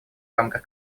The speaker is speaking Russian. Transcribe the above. рамках